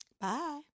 Bye